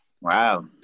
wow